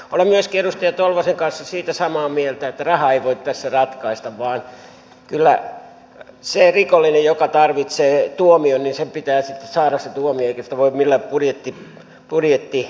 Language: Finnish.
olen myöskin edustaja tolvasen kanssa siitä samaa mieltä että raha ei voi tässä ratkaista vaan kyllä sen rikollisen joka tarvitsee tuomion pitää sitten saada se tuomio eikä sitä voi millään budjettitasapainottamisella estää